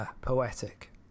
poetic